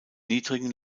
niedrigen